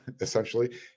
essentially